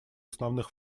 основных